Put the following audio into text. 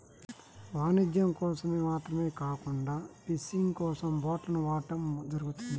వాణిజ్యం కోసం మాత్రమే కాకుండా ఫిషింగ్ కోసం బోట్లను వాడటం జరుగుతుంది